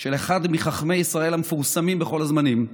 של אחד מחכמי ישראל המפורסמים בכל הזמנים,